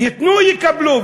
ייתנו, יקבלו.